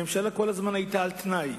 הממשלה כל הזמן היתה על-תנאי.